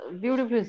beautiful